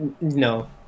no